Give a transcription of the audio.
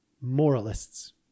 moralists